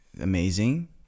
amazing